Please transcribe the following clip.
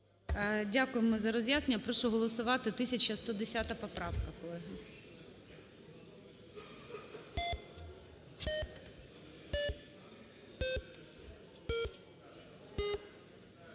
Дякуємо за роз'яснення. Прошу голосувати 1110 поправка,